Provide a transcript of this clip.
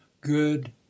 good